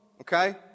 Okay